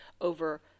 over